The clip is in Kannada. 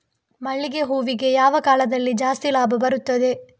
ಮಲ್ಲಿಗೆ ಹೂವಿಗೆ ಯಾವ ಕಾಲದಲ್ಲಿ ಜಾಸ್ತಿ ಲಾಭ ಬರುತ್ತದೆ?